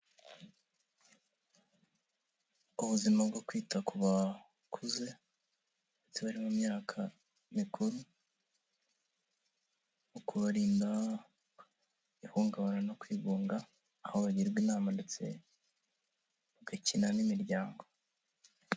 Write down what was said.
Ubuzima bwo kwita ku bakuze ndetse bari mu myaka mikuru, mu kubabarinda ihungabana no kwigunga, aho bagirwa inama ndetse bagakina n'imiryango.